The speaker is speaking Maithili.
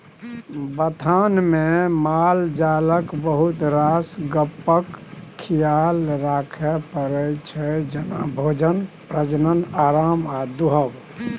बथानमे मालजालक बहुत रास गप्पक खियाल राखय परै छै जेना भोजन, प्रजनन, आराम आ दुहब